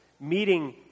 meeting